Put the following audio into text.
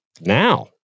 now